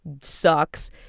sucks